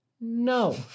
No